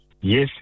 Yes